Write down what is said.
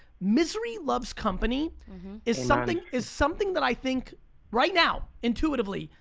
misery loves company is something is something that i think right now, intuitively,